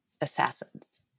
Assassins